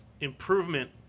improvement